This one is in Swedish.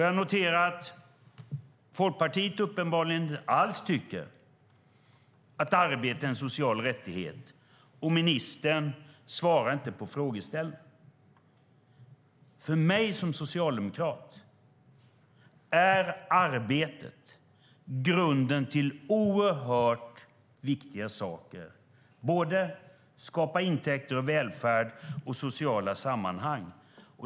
Jag noterar att Folkpartiet uppenbarligen inte alls tycker att arbete är en social rättighet och att ministern inte svarar på frågeställningen. För mig som socialdemokrat är arbetet grunden till oerhört viktiga saker, både att skapa intäkter och välfärd och sociala sammanhang.